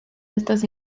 estos